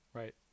right